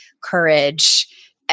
courage